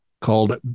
called